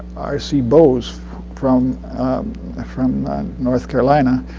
r. c. bose from ah from north carolina,